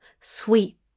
Sweet